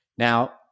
Now